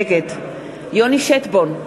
נגד יוני שטבון,